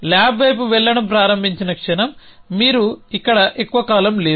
lab వైపు వెళ్లడం ప్రారంభించిన క్షణం మీరు ఇక్కడ ఎక్కువ కాలం లేరు